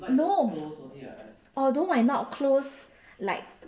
no although I not close like